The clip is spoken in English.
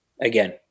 again